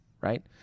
right